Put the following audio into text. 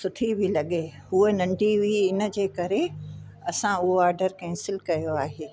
सुठी बि लॻे हूअं नंढी हुई हिनजे करे असां उहो आडर कैंसिल कयो आहे